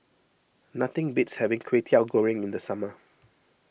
nothing beats having Kwetiau Goreng in the summer